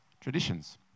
traditions